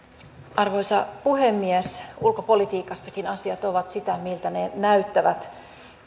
arvoisa puhemies ulkopolitiikassakin asiat ovat sitä miltä ne näyttävät